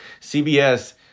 CBS